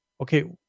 Okay